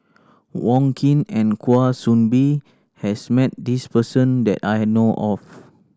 Wong Keen and Kwa Soon Bee has met this person that I know of